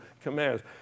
commands